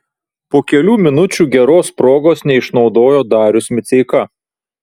po kelių minučių geros progos neišnaudojo darius miceika